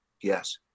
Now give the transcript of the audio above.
Yes